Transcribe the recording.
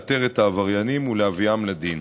לאתר את העבריינים ולהביאם לדין.